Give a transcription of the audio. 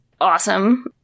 awesome